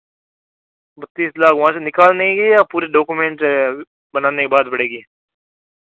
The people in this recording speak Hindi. बत्तीस लाख वहाँ से निकालने के या पूरे डॉक्यूमेंट बनाने के बाद पड़ेगी